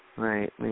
Right